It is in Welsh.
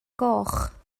goch